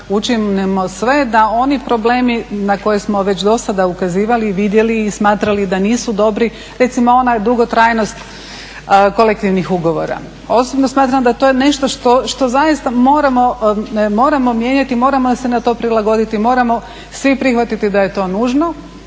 učinimo sve da oni problemi na koje smo već do sada ukazivali, vidjeli i smatrali da nisu dobri, recimo ona dugotrajnost kolektivnih ugovora. Osobno smatram da to je nešto što zaista moramo mijenjati, moramo se na to prilagoditi, moramo svi prihvatiti da je to nužno